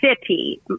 City